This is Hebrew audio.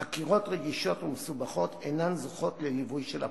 חקירות רגישות ומסובכות אינן זוכות לליווי של הפרקליטות,